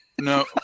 no